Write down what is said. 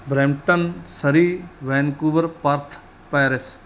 Brampton Surrey Vancouver Perth Paris